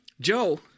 Joe